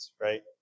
right